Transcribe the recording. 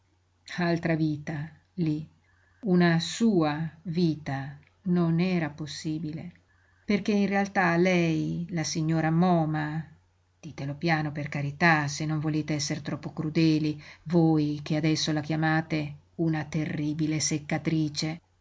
altra vita lí una sua vita non era possibile perché in realtà lei la signora moma ditelo piano per carità se non volete esser troppo crudeli voi che adesso la chiamate una terribile seccatrice la